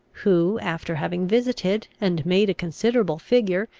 who, after having visited, and made a considerable figure,